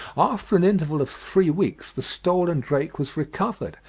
after an interval of three weeks the stolen drake was recovered,